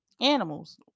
animals